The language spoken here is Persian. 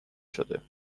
شده